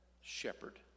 Shepherd